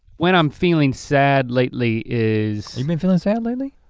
when i'm feeling sad lately is you been feeling sad lately?